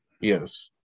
Yes